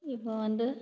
இப்போ வந்து